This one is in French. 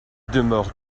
demeure